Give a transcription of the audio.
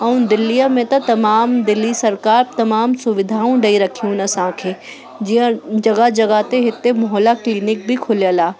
ऐं दिल्लीअ में त तमामु दिल्ली सरकार तमामु सुविधाऊं ॾेई रखियूं आहिनि असांखे जीअं जॻहि जॻहि ते हिते मोहल्ला क्लीनिक बि खुलियल आहे